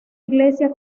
iglesia